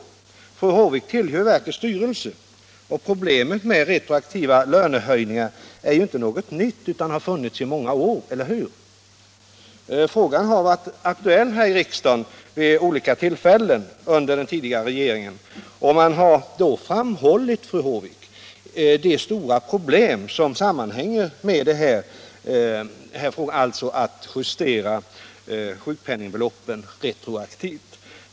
Fru Håvik tillhör ju verkets styrelse. Problemet i samband med retroaktiva lönehöjningar är heller inte något nytt, utan det har funnits i många år, eller hur? Frågan har varit aktuell också under den tidigare regeringen vid olika tillfällen här i riksdagen. Därvid har framhållits de stora problem som sammanhänger med en retroaktiv justering av sjukpenningbeloppen.